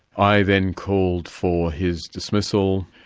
i then called for his dismissal,